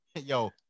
Yo